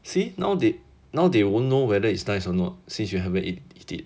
see now they now they won't know whether it's nice or not since you haven't eat it